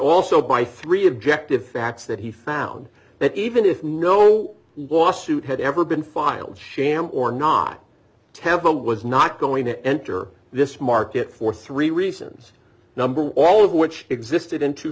also by three objective facts that he found that even if no lawsuit had ever been filed sham or not tampa was not going to enter this market for three reasons number one all of which existed in two